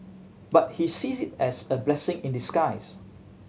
but he sees it as a blessing in disguise